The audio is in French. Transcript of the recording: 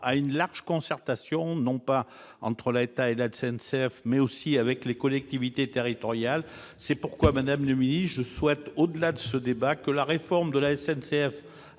à une large concertation, non pas seulement entre l'État et la SNCF, mais aussi avec les collectivités territoriales. C'est pourquoi, madame la ministre, je souhaite, au-delà de ce débat, que la réforme de la SNCF